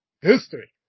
history